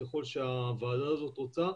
ככל שהוועדה הזאת רוצה,